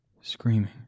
Screaming